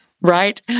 right